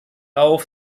auf